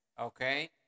okay